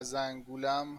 زنگولم